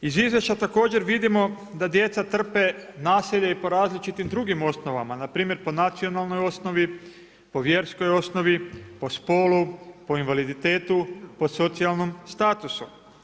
Iz izvješća također vidimo da djeca trpe nasilje i po različitim drugim osnovama, npr., po nacionalnoj osnovi, po vjerskoj osnovi, po spolu, po invaliditetu, po socijalnom statusu.